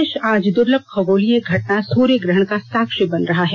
देश आज दुर्लभ खगोलीय घटना सूर्य ग्रहण का साक्षी बन रहा है